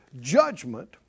judgment